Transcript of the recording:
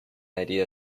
idea